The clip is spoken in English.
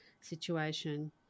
situation